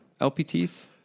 lpts